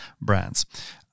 brands